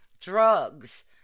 drugs